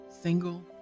single